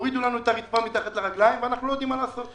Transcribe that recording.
הורידו לנו את הרצפה מתחת לרגליים ואנחנו לא יודעים מה לעשות.